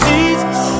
Jesus